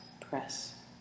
press